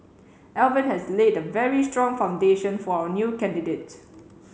Alvin has laid a very strong foundation for our new candidates